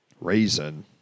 Raisin